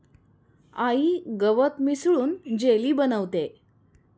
आई गवत मिसळून जेली बनवतेय